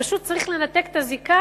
פשוט צריך לנתק את הזיקה,